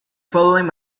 following